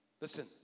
Listen